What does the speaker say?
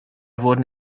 wurden